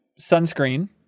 Sunscreen